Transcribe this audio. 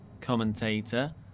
commentator